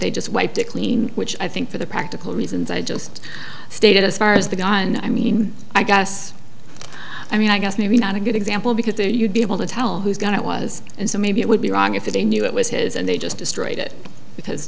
they just wiped it clean which i think for the practical reasons i just stated as far as the gun i mean i guess i mean i guess maybe not a good example because then you'd be able to tell who's going to it was and so maybe it would be wrong if they knew it was his and they just destroyed it because